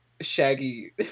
Shaggy